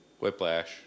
Whiplash